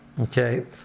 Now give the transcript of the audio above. Okay